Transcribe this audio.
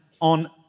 on